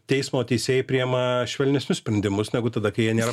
teismo teisėjai priema švelnesnius sprendimus negu tada kai jie nėra